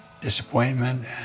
disappointment